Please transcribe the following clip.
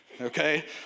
okay